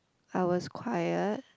I was quiet